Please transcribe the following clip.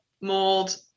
mold